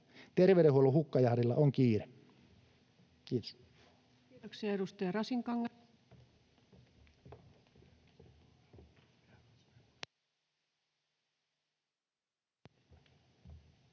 Terveydenhuollon hukkajahdilla on kiire. — Kiitos. Kiitoksia. — Edustaja Rasinkangas.